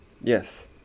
Yes